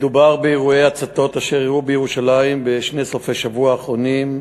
מדובר באירועי הצתות אשר אירעו בירושלים בשני סופי השבוע האחרונים: